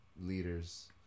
leaders